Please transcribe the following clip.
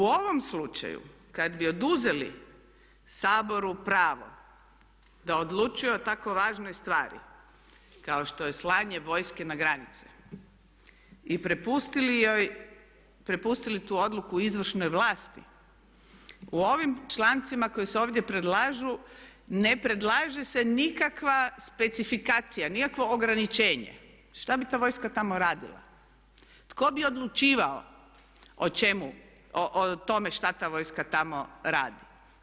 U ovom slučaju kada bi oduzeli Saboru pravo da odlučuje o tako važnoj stavi kao što je slanje vojske na granicu i prepustili tu odluku izvršnoj vlasti, u ovim člancima koji se ovdje predlažu ne predlaže se nikakva specifikacija, nikakvo ograničenje, šta bi ta vojska tamo radila, tko bi odlučivao, o čemu, o tome šta ta vojska tamo radi.